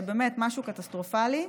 משהו קטסטרופלי.